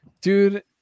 dude